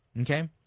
okay